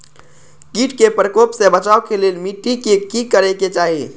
किट के प्रकोप से बचाव के लेल मिटी के कि करे के चाही?